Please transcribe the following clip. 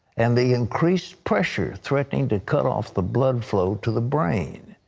and the increased pressure threatening to cut off the blood flow to the brain.